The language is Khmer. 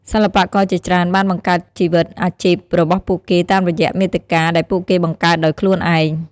សិល្បករជាច្រើនបានបង្កើតជីវិតអាជីពរបស់ពួកគេតាមរយៈមាតិកាដែលពួកគេបង្កើតដោយខ្លួនឯង។